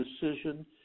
decision